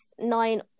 nine